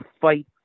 fight